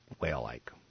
whale-like